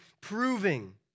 proving